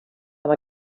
amb